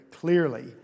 clearly